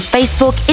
Facebook